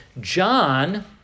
John